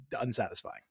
unsatisfying